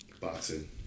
boxing